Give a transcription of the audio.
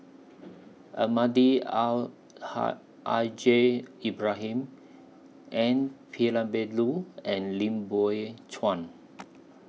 Almahdi Al Haj I J Ibrahim N Palanivelu and Lim Biow Chuan